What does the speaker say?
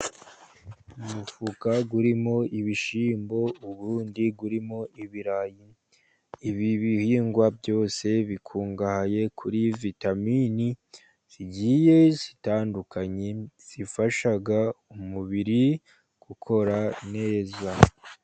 Umufuka urimo ibishyimbo ubundi urimo ibirayi, ibi bihingwa byose bikungahaye kuri vitamini zigiye zitandukanye zifashaga umubiri gukora neza.